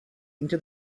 into